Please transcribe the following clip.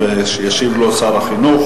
אני רואה גם שראש הממשלה מברך אותך ממקומו.